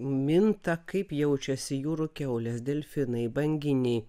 minta kaip jaučiasi jūrų kiaulės delfinai banginiai